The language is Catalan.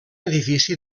edifici